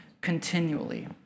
continually